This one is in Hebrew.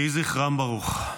(חברי הכנסת מכבדים בקימה את זכרם של המנוחים.) יהי זכרם ברוך.